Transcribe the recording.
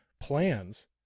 plans